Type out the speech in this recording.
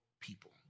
people